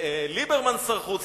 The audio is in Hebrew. ליברמן שר חוץ,